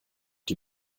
die